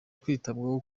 kwitabwaho